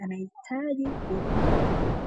anahitaji kuwekewa kwenye miwani.